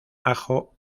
ajo